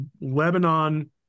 Lebanon